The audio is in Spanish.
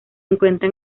encuentra